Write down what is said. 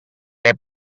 què